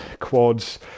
quads